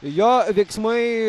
jo veiksmai